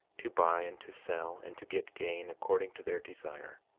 to buy and to sell, and to get gain, according to their desire.